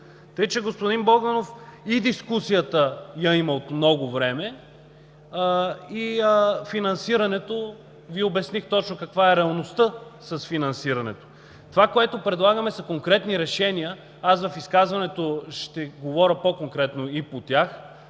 Така че, господин Богданов, и дискусията я има от много време, и финансирането – обясних Ви точно каква е реалността с финансирането. Това, което предлагаме, са конкретни решения. В изказването си ще говоря по-конкретно и по тях,